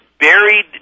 buried